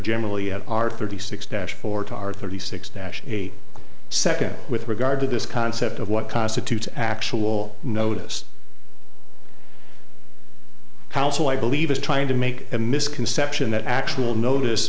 generally at r thirty six dash for tar thirty six dash a second with regard to this concept of what constitutes actual notice how so i believe is trying to make a misconception that actual notice